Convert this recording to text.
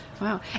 Wow